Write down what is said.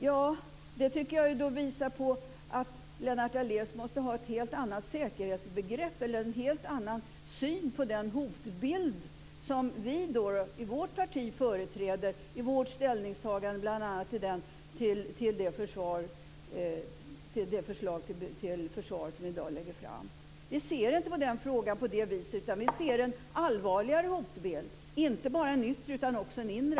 Jag tycker att det visar att Lennart Daléus måste ha en helt annan syn på hotbilden och ett helt annat säkerhetsbegrepp än det som vi i vårt parti företräder i vårt ställningstagande till det förslag till försvar som läggs fram i dag. Vi ser inte på frågan på det viset. Vi ser en allvarligare hotbild och inte bara en yttre, utan också en inre.